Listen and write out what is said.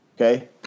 Okay